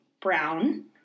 brown